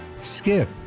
Skip